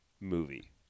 movie